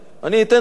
אני אתן דוגמה.